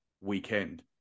weekend